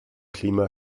klima